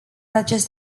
acest